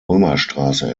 römerstraße